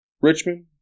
Richmond